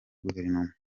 guverinoma